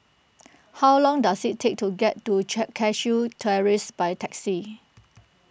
how long does it take to get to Cashew Terrace by taxi